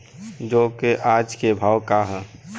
जौ क आज के भाव का ह?